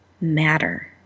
matter